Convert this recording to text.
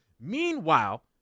Meanwhile